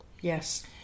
Yes